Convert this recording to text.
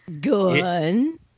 good